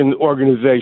organization